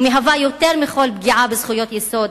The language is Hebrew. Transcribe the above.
ויותר מכול הוא פגיעה בזכויות יסוד.